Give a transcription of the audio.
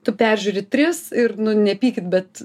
tu peržiūri tris ir nepykit bet